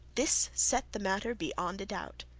this set the matter beyond a doubt.